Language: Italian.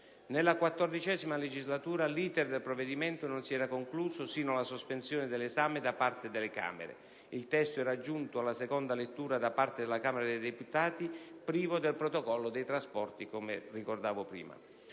Nella XIV legislatura l'*iter* del provvedimento non si era concluso, sino alla sospensione dell'esame da parte delle Camere. Il testo era giunto alla seconda lettura da parte della Camera dei deputati privo del Protocollo sui trasporti, come ricordavo prima.